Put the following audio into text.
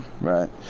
right